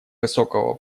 высокого